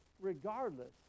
regardless